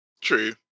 True